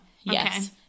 Yes